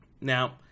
Now